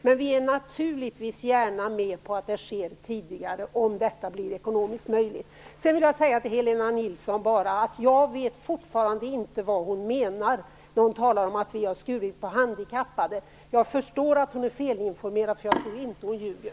Men vi är naturligtvis gärna med på att det sker tidigare, om detta blir ekonomiskt möjligt. Sedan vill jag bara säga till Helena Nilsson att jag fortfarande inte vet vad hon menar när hon talar om att vi har skurit i resurserna till handikappade. Jag förstår att hon är felinformerad, för jag tror inte att hon ljuger.